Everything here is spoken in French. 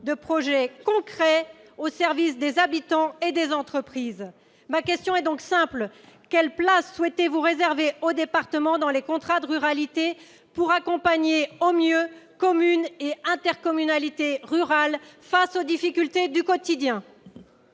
de projets concrets au service des habitants et des entreprises. Ma question est donc simple : quelle place souhaitez-vous réserver aux départements dans les contrats de ruralité, pour accompagner au mieux communes et intercommunalités rurales face aux difficultés du quotidien ?